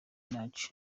minaj